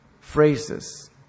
phrases